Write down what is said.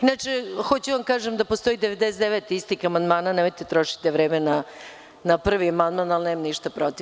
Inače, hoću da vam kažem da postoji 99 istih amandmana i da ne trošite vreme na prvi amandman, ali, nemam ništa protiv.